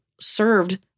served